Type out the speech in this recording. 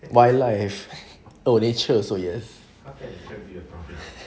wildlife or nature sorry yes